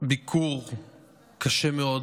ביקור קשה מאוד